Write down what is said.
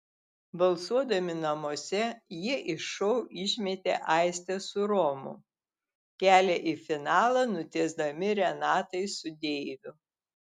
balsuodami namuose jie iš šou išmetė aistę su romu kelią į finalą nutiesdami renatai su deiviu